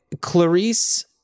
Clarice